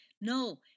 No